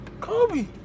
Kobe